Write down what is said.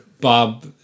Bob